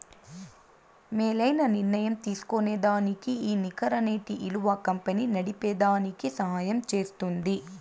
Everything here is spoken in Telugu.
మేలైన నిర్ణయం తీస్కోనేదానికి ఈ నికర నేటి ఇలువ కంపెనీ నడిపేదానికి సహయం జేస్తుంది